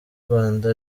rwanda